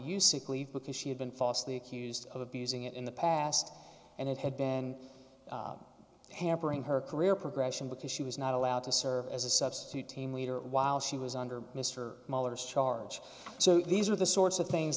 leave because she had been falsely accused of abusing it in the past and it had been hampering her career progression because she was not allowed to serve as a substitute team leader while she was under mr muller's charge so these are the sorts of things